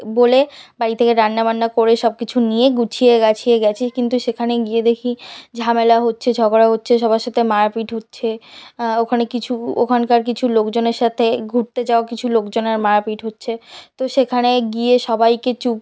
বলে বাড়ি থেকে রান্নাবান্না করে সব কিছু নিয়ে গুছিয়ে গাছিয়ে গেছি কিন্তু সেখানে গিয়ে দেখি ঝামেলা হচ্ছে ঝগড়া হচ্ছে সবার সাথে মারাপিট হচ্ছে ওখানে কিছু ওখানকার কিছু লোকজনের সাথে ঘুরতে যাওয়া কিছু লোকজনের মারাপিট হচ্ছে তো সেখানে গিয়ে সবাইকে চুপ